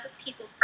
people